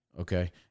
Okay